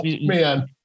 man